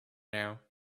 now